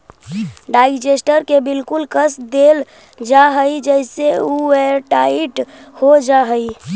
digester के बिल्कुल कस देल जा हई जेसे उ एयरटाइट हो जा हई